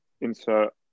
insert